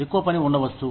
ఎక్కువ పని ఉండవచ్చు